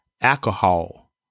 alcohol